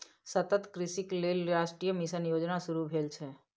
सतत कृषिक लेल राष्ट्रीय मिशन योजना शुरू भेल छै